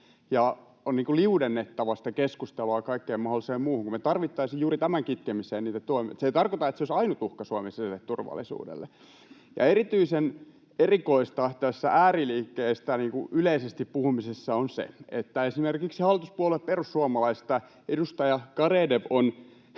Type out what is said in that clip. ja on liudennettava sitä keskustelua kaikkeen mahdolliseen muuhun, kun me tarvittaisiin juuri tämän kitkemiseen niitä toimia. Mutta se ei tarkoita, että se olisi ainut uhka Suomen sisäiselle turvallisuudelle. Ja erityisen erikoista ääriliikkeistä yleisesti puhumisessa on se, että esimerkiksi hallituspuolue perussuomalaisista edustaja Garedew on